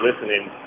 listening